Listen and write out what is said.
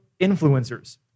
influencers